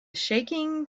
shaking